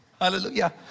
Hallelujah